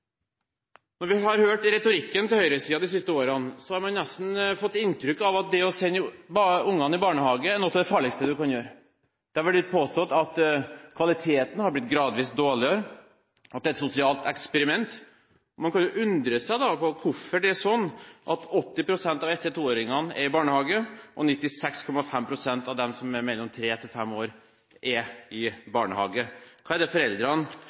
Når vi har hørt retorikken til høyresiden de siste årene, har man nesten fått inntrykk av at det å sende ungene i barnehagen er noe av det farligste man kan gjøre. Det har vært påstått at kvaliteten har blitt gradvis dårligere, at det er et sosialt eksperiment. Man kan jo undre seg over hvorfor det er slik at 80 pst. av 1–2-åringene er i barnehage, og 96,5 pst. av dem som er mellom 3 og 5 år, er i barnehage. Hva er det foreldrene